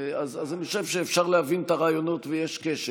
אז אני חושב שאפשר להבין את הרעיונות ויש קשב.